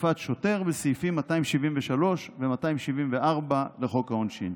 תקיפת שוטר בסעיפים 274-273 לחוק העונשין.